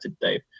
Dave